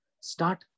Start